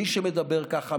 מי שמדבר ככה,